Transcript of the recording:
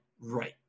right